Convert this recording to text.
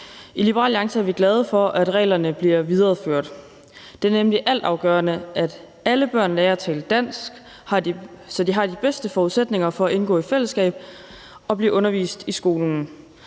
I Liberal Alliance er vi glade for, at reglerne bliver videreført. Det er nemlig altafgørende, at alle børn lærer at tale dansk, så de har de bedste forudsætninger for at indgå i et fællesskab og blive undervist i skolen.